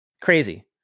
Crazy